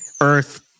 Earth